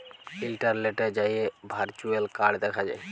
ইলটারলেটে যাঁয়ে virtual card দ্যাখা যায়